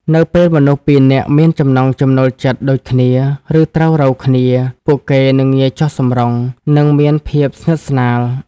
នៅពេលមនុស្សពីរនាក់មានចំណង់ចំណូលចិត្តដូចគ្នា ឬត្រូវរ៉ូវគ្នា ពួកគេនឹងងាយចុះសម្រុង និងមានភាពស្និទ្ធស្នាល។